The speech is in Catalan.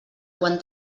quan